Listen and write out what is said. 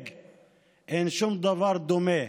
חוקה שלא ניתנת לשינוי ברוב מקרי